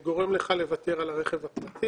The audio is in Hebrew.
מה שגורם לך לוותר על הרכב הפרטי.